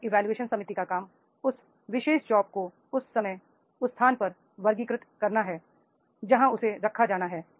job evolution समिति का काम उस विशेष जॉब को उस समय उस स्थान पर वर्गीकृत करना है जहां उसे रखा जाना है